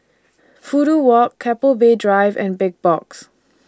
Fudu Walk Keppel Bay Drive and Big Box